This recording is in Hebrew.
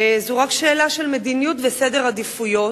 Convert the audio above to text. וזו רק שאלה של מדיניות וסדר עדיפויות.